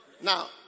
Now